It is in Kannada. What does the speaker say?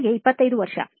ನನಗೆ 25 ವರ್ಷ